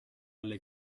alle